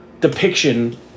depiction